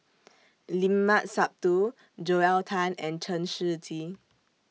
Limat Sabtu Joel Tan and Chen Shiji